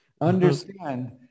understand